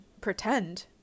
pretend